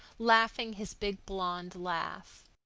laughing his big blond laugh.